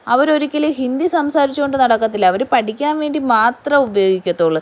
അവർ ഒരിക്കലും ഹിന്ദി സംസാരിച്ചുകൊണ്ട് നടക്കത്തില്ല അവർ പഠിക്കാൻവേണ്ടി മാത്രം ഉപയോഗിക്കത്തുള്ളൂ